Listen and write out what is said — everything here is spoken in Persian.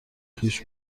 خویش